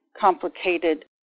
complicated